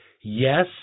yes